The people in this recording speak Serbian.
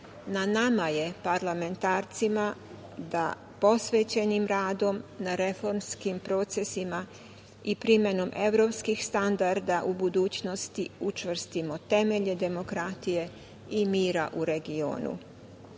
na nama je, parlamentarcima, da posvećenim radom na reformskim procesima i primenom evropskih standarda u budućnosti učvrstimo temelje demokratije i mira u regionu. Mi